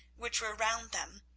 which were round them,